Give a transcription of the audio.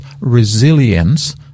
resilience